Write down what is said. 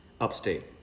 upstate